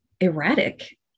erratic